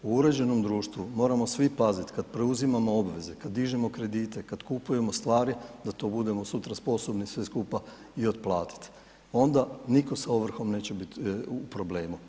U uređenom društvu moramo svi paziti kada preuzimamo obveze, kada dižemo kredite, kada kupujemo stvari da to budemo sutra sposobni sve skupa i otplatiti, onda nitko sa ovrhom neće biti u problemu.